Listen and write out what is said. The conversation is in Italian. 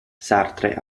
sartre